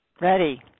Ready